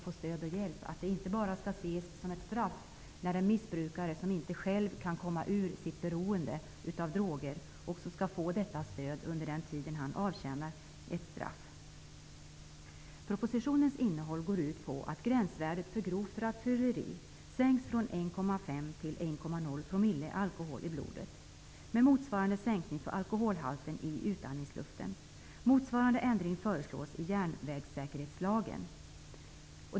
Det skall inte bara ses som ett straff när en missbrukare som inte själv kan komma ur sitt beroende av droger får detta stöd under den tid han avtjänar sitt straff. Propositionens innehåll går ut på att gränsvärdet för grovt rattfylleri sänks från 1,5 till 1,0 1990:1157.